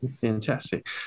fantastic